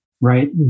right